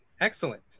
Excellent